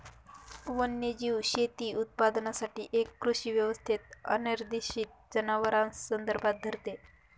वन्यजीव शेती उत्पादनासाठी एक कृषी व्यवस्थेत अनिर्देशित जनावरांस संदर्भात धरते